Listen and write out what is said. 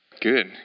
Good